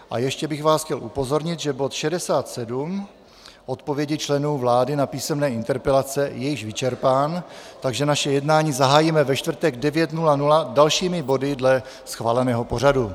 A ještě bych vás chtěl upozornit, že bod 67, odpovědi členů vlády na písemné interpelace, je již vyčerpán, takže naše jednání zahájíme ve čtvrtek v 9.00 dalšími body dle schváleného pořadu.